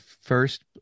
first